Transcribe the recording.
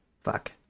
fuck